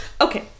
Okay